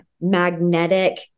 magnetic